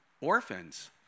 orphans